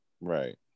Right